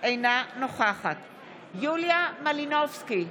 נוכחת יוליה מלינובסקי,